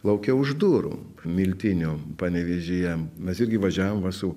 lauke už durų miltinio panevėžyje mes irgi važiavom va su